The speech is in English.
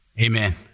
Amen